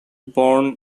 born